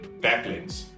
backlinks